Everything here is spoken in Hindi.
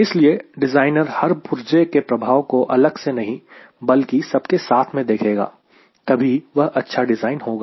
इसलिए डिज़ाइनर हर पुर्जे के प्रभाव को अलग से नहीं बल्कि सबके साथ में देखेगा तभी वह अच्छा डिज़ाइन होगा